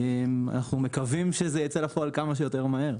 אנחנו מקווים שזה ייצא לפועל כמה שיותר מהר.